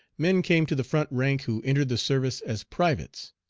men came to the front rank who entered the service as privates.